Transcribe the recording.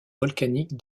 volcanique